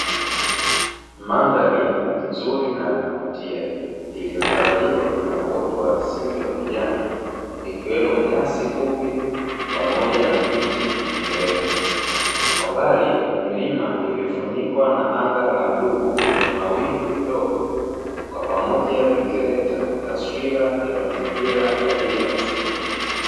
Mandhari nzuri na ya kuvutia iliyotawaliwa na uoto wa asili wa kijani ikiwemo nyasi fupi pamoja na miti mirefu. Kwa mbali milima iliyofunikwa na anga la bluu lenye mawingu kidogo kwa pamoja vikileta taswira ya mazingira yaliyoasilia.